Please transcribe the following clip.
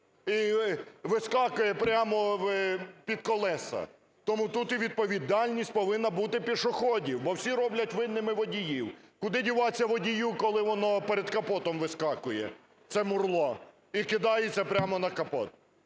і вискакує прямо під колеса? Тому тут і відповідальність повинна бути пішоходів, бо всі роблять винними водіїв. Куди діватися водію, коли воно перед капотом вискакує, це мурло, і кидається прямо на капот?